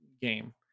game